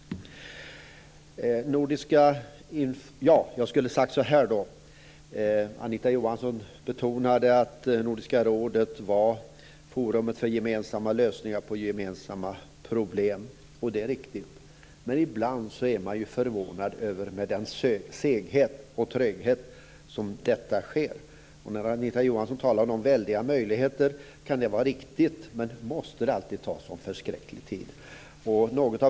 Anita Johansson betonade att Nordiska rådet är ett forum för gemensamma lösningar på gemensamma problem. Det är riktigt. Men ibland förvånas man över den seghet och tröghet med vilket detta samarbete sker. Anita Johansson talade om att det finns väldiga möjligheter, och det kan vara riktigt. Men måste det alltid ta en sådan förskräcklig tid?